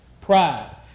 Pride